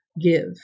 give